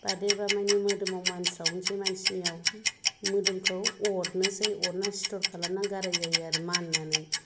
बादेरब्ला माने मोदोमाव मानसावनोसै मानसिनाव मोदोमखौ अरनोसै अरनानै सिथर खालामना गाराइ जायो आरो माननानै